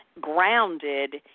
grounded